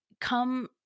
Come